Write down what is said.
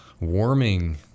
warming